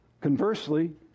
Conversely